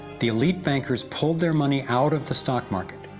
the elite bankers pulled their money out of the stock market.